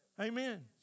amen